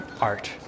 art